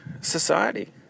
society